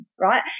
right